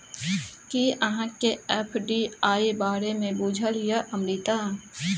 कि अहाँकेँ एफ.डी.आई बारे मे बुझल यै अमृता?